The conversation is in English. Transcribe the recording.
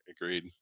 Agreed